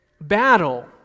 battle